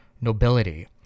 nobility